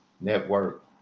network